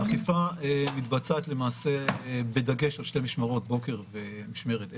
האכיפה מתבצעת בדגש על שתי משמרות בוקר ומשמרת ערב.